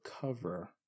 cover